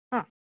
ಹಾಂ